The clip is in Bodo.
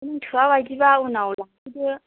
नों थोआ बायदिबा उनाव लांफैदो